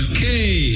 Okay